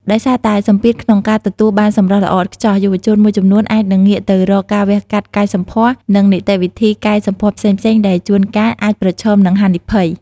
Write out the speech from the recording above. ដោយសារតែសម្ពាធក្នុងការទទួលបានសម្រស់ល្អឥតខ្ចោះ យុវជនមួយចំនួនអាចនឹងងាកទៅរកការវះកាត់កែសម្ផស្ស ឬនីតិវិធីកែសម្ផស្សផ្សេងៗ ដែលជួនកាលអាចប្រឈមនឹងហានិភ័យ។